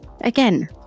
Again